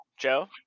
Joe